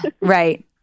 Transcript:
Right